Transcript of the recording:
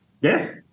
Yes